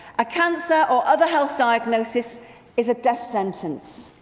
a cancer or other health diagnosis is a death sentence.